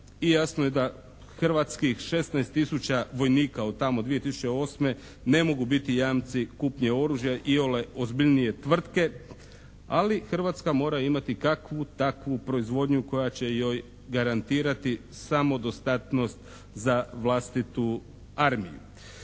i jasno je da hrvatskih 16 tisuća vojnika od tamo 2008. ne mogu biti jamci kupnje oružja iole ozbiljnije tvrtke. Ali Hrvatska mora imati kakvu takvu proizvodnju koja će joj garantirati samodostatnost za vlastitu armiju.